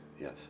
Yes